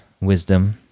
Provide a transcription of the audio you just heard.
wisdom